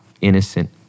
innocent